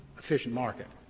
efficient market,